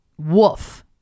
woof